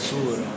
Sur